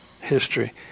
history